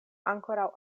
ankoraŭ